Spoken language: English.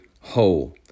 whole